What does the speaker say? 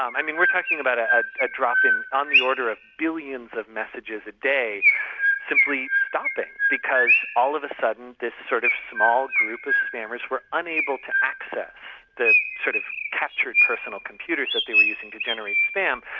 um i mean, we're talking about a ah ah drop on the order of the billions of messages a day simply stopping because all of a sudden this sort of small group of spammers were unable to access the sort of captured personal computers that they were using to generate spam.